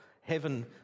heaven